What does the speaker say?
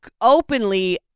openly